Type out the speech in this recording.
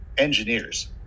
Engineers